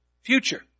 future